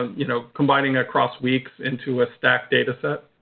you know, combining across weeks into a stacked data set.